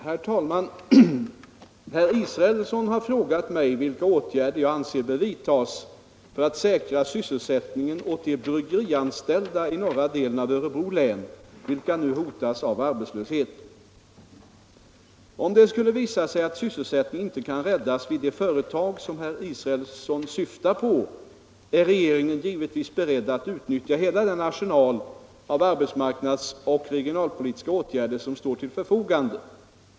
Herr talman! Herr Israelsson har frågat mig vilka åtgärder jag anser bör vidtas för att säkra sysselsättningen åt de bryggerianställda i norra delen av Örebro län vilka nu hotas av arbetslöshet. Om det skulle visa sig att sysselsättningen inte kan räddas vid det företag som herr Israelsson syftar på är regeringen givetvis beredd att utnyttja hela den arsenal av arbetsmarknadsoch regionalpolitiska åtgärder som står till förfogande.